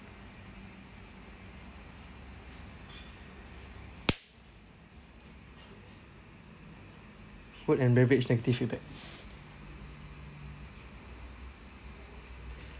food and beverage negative feedback